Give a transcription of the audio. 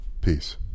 Peace